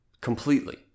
completely